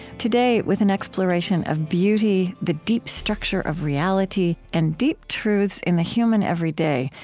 today, with an exploration of beauty, the deep structure of reality, and deep truths in the human everyday,